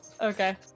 Okay